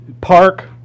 park